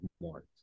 more